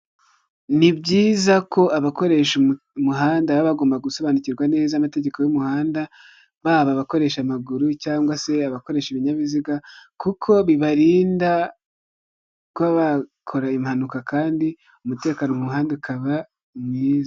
Ni byiza ko abakoresha umuhanda baba bagomba gusobanukirwa neza amategeko y'umuhanda baba abakoresha amaguru cyangwa se abakoresha ibinyabiziga kuko bibarinda kuba bakora impanuka kandi umutekano mu muhanda ukaba mwiza.